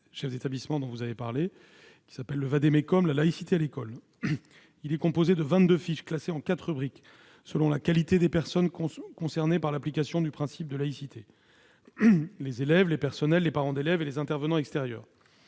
chefs d'établissements : il s'agit du vade-mecum « la laïcité à l'école ». Il est composé de vingt-deux fiches classées en quatre rubriques selon la qualité des personnes concernées par l'application du principe de laïcité : les élèves, les personnels, les parents d'élèves et les intervenants extérieurs.